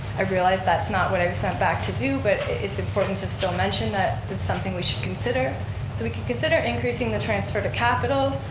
i realize that's not what i'm sent back to do but it's important to still mention that it's something we should consider. so we could consider increasing the transfer to capital.